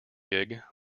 gig